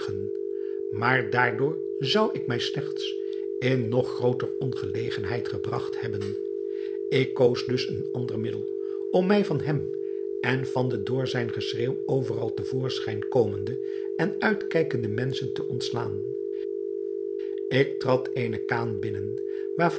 maar daardoor zou ik mij slechts in nog grooter ongelegenheid gebragt hebben ik koos dus een ander middel om mij van hem en van de door zijn geschreeuw overal te voorschijn komende en uitkijkende menschen te ontslaan ik trad eene khan binnen